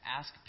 ask